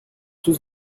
tous